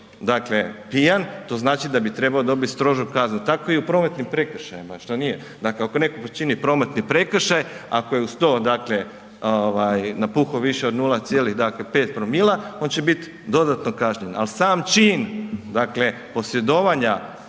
dakle pijan, to znači da bi trebao dobiti strožu kaznu. Tako je i u prometnim prekršajima. Što nije? Dakle, ako netko počini prometni prekršaj, ako je uz to napuhao više od 0,5 promila on će biti dodatno kažnjen, ali sam čin posjedovanja